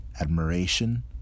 admiration